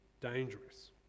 dangerous